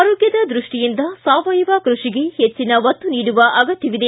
ಆರೋಗ್ಯದ ದೃಷ್ಟಿಯಿಂದ ಸಾವಯವ ಕೃಷಿಗೆ ಹೆಚ್ಚನ ಒತ್ತು ನೀಡುವ ಅಗತ್ಯವಿದೆ